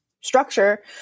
structure